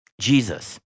Jesus